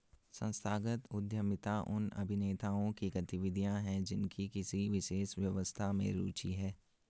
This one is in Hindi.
संस्थागत उद्यमिता उन अभिनेताओं की गतिविधियाँ हैं जिनकी किसी विशेष व्यवस्था में रुचि है